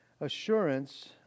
assurance